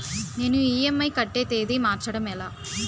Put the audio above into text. నేను ఇ.ఎం.ఐ కట్టే తేదీ మార్చడం ఎలా?